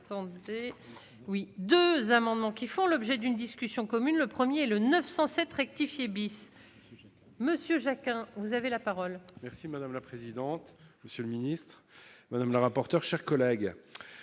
2 amendements qui font l'objet d'une discussion commune le 1er le 907 rectifié bis Monsieur Jacquin, vous avez la parole. Merci madame la présidente, monsieur le ministre madame la rapporteure, chers collègues,